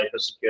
cybersecurity